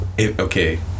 okay